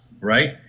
Right